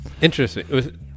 Interesting